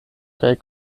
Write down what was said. kaj